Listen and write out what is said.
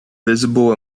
visible